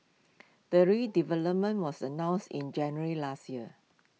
the redevelopment was announced in January last year